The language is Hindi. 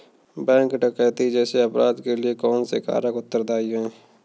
बैंक डकैती जैसे अपराध के लिए कौन से कारक उत्तरदाई हैं?